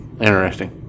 Interesting